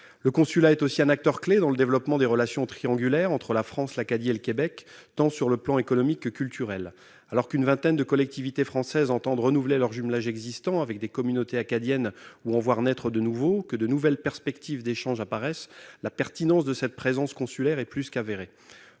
Le consulat est aussi un acteur clé dans le développement des relations triangulaires entre la France, l'Acadie et le Québec, tant sur le plan économique que sur le plan culturel. Alors qu'une vingtaine de collectivités françaises entendent renouveler leurs jumelages existants avec des communautés acadiennes ou travaillent à en faire naître de nouveaux, alors que de nouvelles perspectives d'échanges apparaissent, la pertinence de cette présence consulaire est plus qu'avérée.